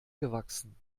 gewachsen